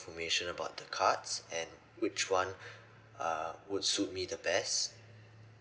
information about the cards and which one uh would suit me the best